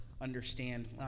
understand